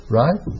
right